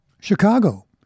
Chicago